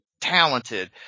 talented